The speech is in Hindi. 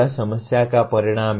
यह समस्या का परिणाम 1 है